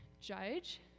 judge